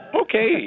Okay